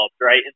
right